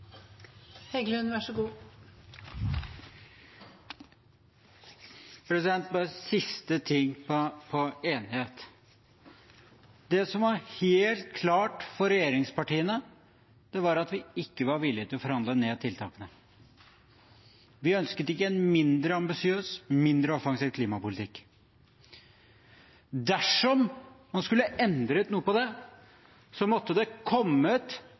Bare en siste ting når det gjelder enighet: Det som var helt klart for regjeringspartiene, var at vi ikke var villige til å forhandle ned tiltakene. Vi ønsket ikke en mindre ambisiøs og mindre offensiv klimapolitikk. Dersom man skulle endret noe på det, måtte det kommet